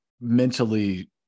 mentally